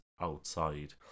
outside